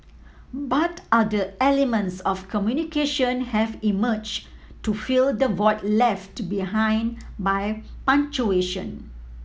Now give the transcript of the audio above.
but other elements of communication have emerged to fill the void left behind by punctuation